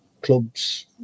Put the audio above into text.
clubs